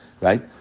right